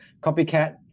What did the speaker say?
copycat